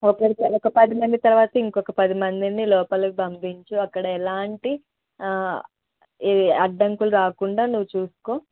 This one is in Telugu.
ఒకరి తరవాత ఒక పది మంది తరువాత ఇంకొక పది మందిని లోపలకి పంపించు అక్కడ ఎలాంటి ఏ అడ్డంకులు రాకుండా నువ్వు చూసుకో